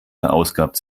verausgabt